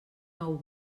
nou